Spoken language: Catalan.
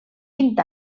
vint